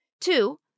Two